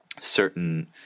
certain